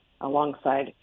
alongside